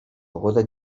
pogoda